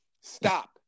stop